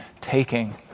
taking